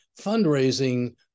fundraising